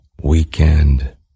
Weekend